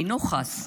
אינו חס,